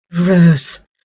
Rose